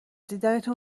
دیدنتون